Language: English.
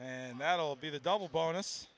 and that'll be the double bonus